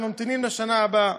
וממתינים לשנה הבאה.